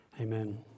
Amen